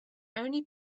only